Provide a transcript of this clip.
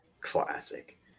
Classic